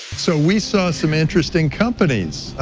so, we saw some interesting companies.